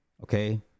okay